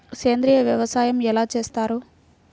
సేంద్రీయ వ్యవసాయం ఎలా చేస్తారు?